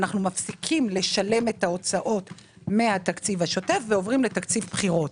אנחנו מפסיקים לשלם את ההוצאות מהתקציב השוטף ועוברים לתקציב בחירות.